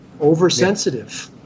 oversensitive